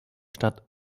stadt